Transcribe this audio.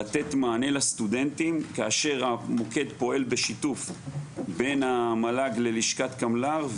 לתת מענה לסטודנטים כאשר המוקד פועל בשיתוף בין המל"ג ללשכת קמל"ר.